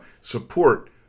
Support